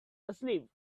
asleep